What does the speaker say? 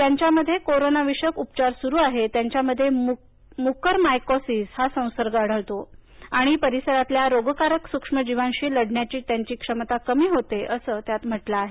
ज्यांच्यामध्ये कोरोनाविषयक उपचार सुरू आहेत त्यांच्यामध्ये मुकरमायकॉसिस हा संसर्ग आढळतो आणि परिसरातल्या रोगकारक सूक्ष्मजीवांशी लढण्याची त्यांची क्षमता कमी होते असं त्यात म्हटलं आहे